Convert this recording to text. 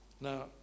Now